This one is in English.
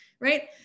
Right